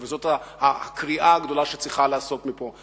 וזאת הקריאה הגדולה שצריכה לצאת מפה: